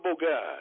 God